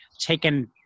taken